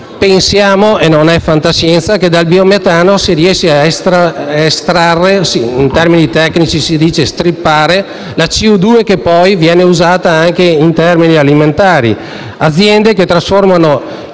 Pensiamo - non è fantascienza - che dal biometano si riesce a estrarre (in termini tecnici si dice strippare) la CO2 che viene usata anche nel settore alimentare. Ci sono aziende che trasformano